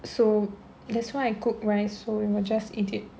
so that's why I cook rice so we will just eat it